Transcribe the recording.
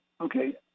Okay